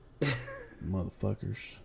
Motherfuckers